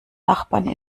nachbarn